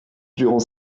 durant